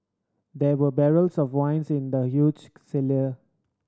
there were barrels of wines in the huge cellar